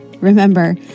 Remember